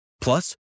Plus